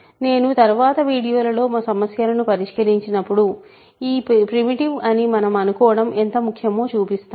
నేను తరువాత వీడియో లలో సమస్యలనుపరిష్కరించినప్పుడు ఈ ప్రిమిటివ్ అని మనం అనుకోవటం ఎంత ముఖ్యమో చూపిస్తాను